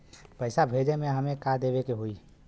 पैसा भेजे में हमे का का देवे के होई?